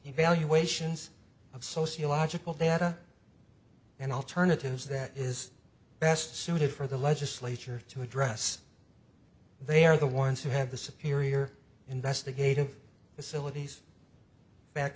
evaluations of sociological data and alternatives that is best suited for the legislature to address they are the ones who have the sapir ear investigative